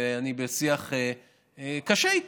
ואני בשיח קשה איתו.